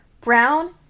Brown